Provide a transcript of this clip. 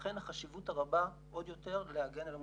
לכן החשיבות הרבה עוד יותר להגן על המוסדות.